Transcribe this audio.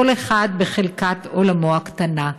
כל אחד בחלקת עולמו הקטנה.